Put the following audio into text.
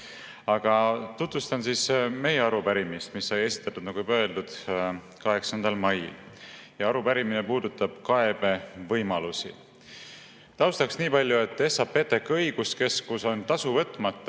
Tutvustan meie arupärimist, mis sai esitatud, nagu juba öeldud, 8. mail. Arupärimine puudutab kaebevõimalusi. Taustaks niipalju, et SAPTK õiguskeskus on tasu võtmata